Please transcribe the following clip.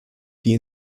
die